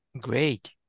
Great